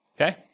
okay